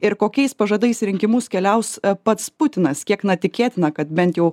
ir kokiais pažadais į rinkimus keliaus pats putinas kiek na tikėtina kad bent jau